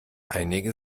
einige